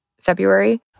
February